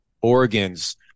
organs